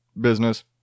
business